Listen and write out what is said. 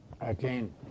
again